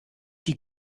die